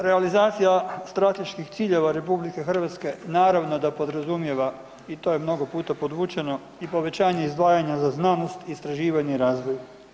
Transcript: Realizacija strateških ciljeva RH naravno da podrazumijeva i to je mnogo puta podvučeno i povećanje izdvajanja za znanost, istraživanje i razvoj.